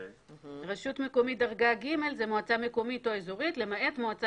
רשות מקומית דרגה ג' זו מועצה מקומית או אזורית למעט מועצה